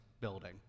building